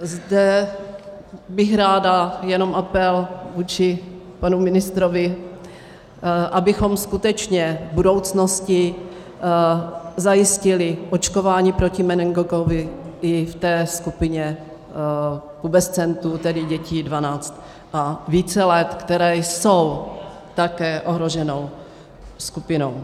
Zde bych ráda jenom apel vůči panu ministrovi, abychom skutečně v budoucnosti zajistili očkování proti meningokokovi i v té skupině pubescentů, tedy dětí 12 a více let, které jsou také ohroženou skupinou.